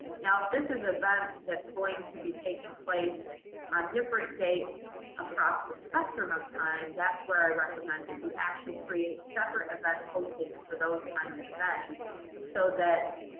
now if this is an event that's going to be taking place on different dates across the spectrum of time, that's where i recommend that you actually create separate event postings for those kinds of events so that